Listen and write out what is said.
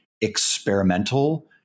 experimental